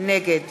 נגד